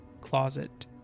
closet